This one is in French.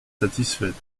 satisfaite